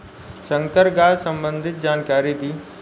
संकर गाय संबंधी जानकारी दी?